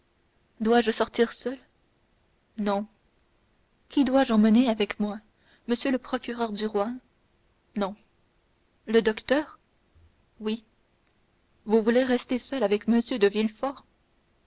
dois-je sortir seul non qui dois-je emmener avec moi m le procureur au roi non le docteur oui vous voulez rester seul avec m de